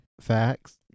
Facts